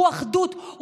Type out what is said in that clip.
הוא האחדות,